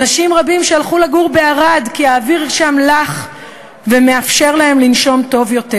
שאנשים רבים הלכו לגור בערד כי האוויר שם לח ומאפשר להם לנשום טוב יותר.